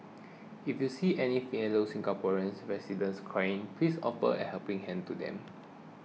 if you see any fellow Singaporean residents crying please offer a helping hand to them